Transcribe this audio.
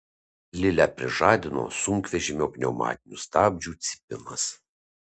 lilę prižadino sunkvežimio pneumatinių stabdžių cypimas